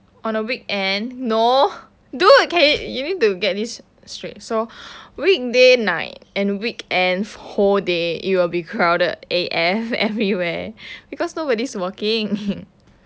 on a weekend no dude you need to get this straight so weekday night and weekend whole day it will be crowded A_F everywhere because nobody's working